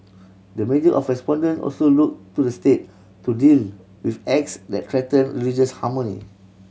the majority of respondent also looked to the State to deal with acts that threaten religious harmony